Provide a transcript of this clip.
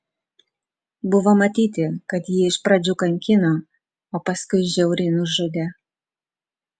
buvo matyti kad jį iš pradžių kankino o paskui žiauriai nužudė